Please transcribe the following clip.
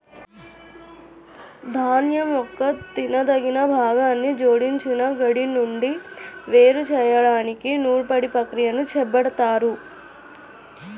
ధాన్యం యొక్క తినదగిన భాగాన్ని జోడించిన గడ్డి నుండి వేరు చేయడానికి నూర్పిడి ప్రక్రియని చేపడతారు